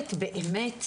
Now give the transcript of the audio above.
משרד הבריאות,